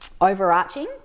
overarching